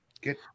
Get